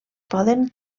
poden